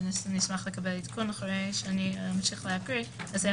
ונשמח לקבל עדכון אחרי שאמשיך לסיים